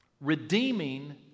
redeeming